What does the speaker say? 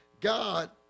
God